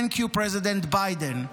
Thank you, President Biden.